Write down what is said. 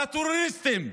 על הטרוריסטים.